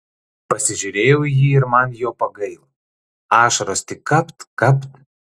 pasižiūrėjau į jį ir man jo pagailo ašaros tik kapt kapt